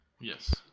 Yes